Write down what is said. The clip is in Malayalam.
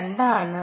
2 ആണ്